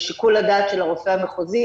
ושיקול הדעת של הרופא המחוזי,